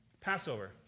Passover